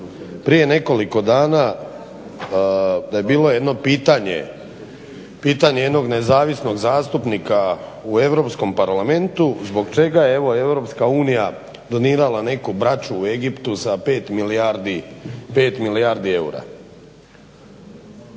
prije nekoliko dana da je bilo jedno pitanje, pitanje jednog nezavisnog zastupnika u Europskom parlamentu zbog čega je evo Europska unija donirala neku braću u Egiptu sa 5 milijardi eure.